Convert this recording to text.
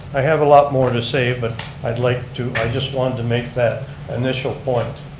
i have a lot more to say but i'd like to, i just wanted to make that initial point.